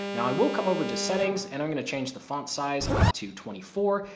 now, i will come over to settings and i'm gonna change the font size up to twenty four.